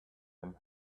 him